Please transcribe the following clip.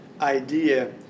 idea